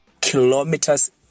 kilometers